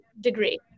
degree